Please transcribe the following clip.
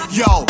yo